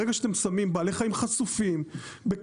ברגע שאתם שמים בעלי חיים חשופים בקרבה